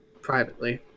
privately